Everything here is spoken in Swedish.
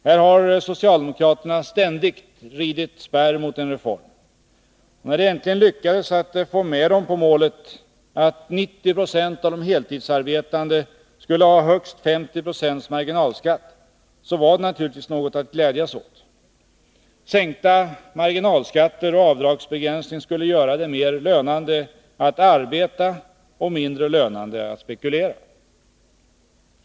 Här har socialdemokraterna ständigt ridit spärr mot en reform. När det äntligen lyckades att få dem med på målet att 90 26 av de heltidsarbetande skulle ha högst 50 26 marginalskatt, var det naturligtvis något att glädjas åt. Sänkta marginalskatter och avdragsbegränsningar skulle göra det mer lönsamt att arbeta och mindre lönande att spekulera.